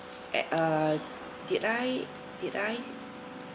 uh did I did I